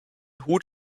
hut